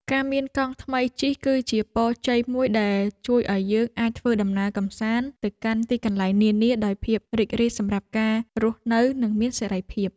ការមានកង់ថ្មីជិះគឺជាពរជ័យមួយដែលជួយឱ្យយើងអាចធ្វើដំណើរកម្សាន្តទៅកាន់ទីកន្លែងនានាដោយភាពរីករាយសម្រាប់ការរស់នៅនិងមានសេរីភាព។